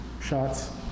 shots